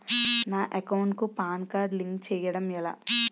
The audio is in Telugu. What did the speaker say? నా అకౌంట్ కు పాన్ కార్డ్ లింక్ చేయడం ఎలా?